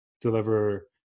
deliver